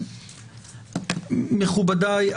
מכובדיי,